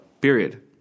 period